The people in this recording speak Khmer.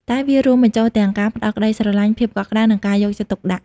តែវារួមបញ្ចូលទាំងការផ្ដល់ក្ដីស្រឡាញ់ ភាពកក់ក្ដៅ និងការយកចិត្តទុកដាក់។